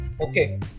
okay